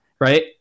right